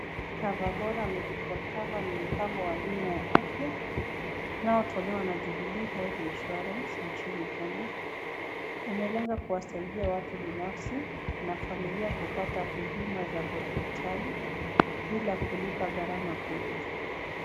COVER BORA MEDICAL COVER ni mfano wa bima ya afya unaotolewa na Jubulee Health Insurance nchini Kenya. Umelenga kuwasaidia watu na familia kupata huduma za hospitali bila kulipa gharama kubwa.